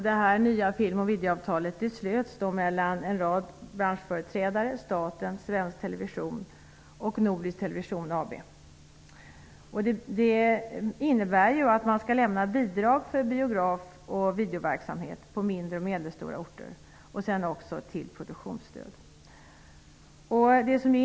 Det nya film och videoavtalet slöts mellan en rad branschföreträdare: staten, Svensk Television och Nordisk Television AB. Det innebär att man skall lämna bidrag för biograf och videoverksamhet på mindre och medelstora orter och produktionsstöd.